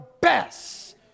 best